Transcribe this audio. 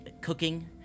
cooking